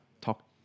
talk